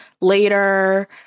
Later